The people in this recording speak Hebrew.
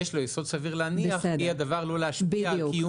יש לו יסוד סביר להניח כי הדבר עלול להשפיע על קיום התקנות.